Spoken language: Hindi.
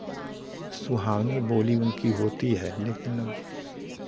सुहावनी बोली उनकी होती है लेकिन अब